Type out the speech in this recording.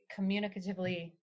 communicatively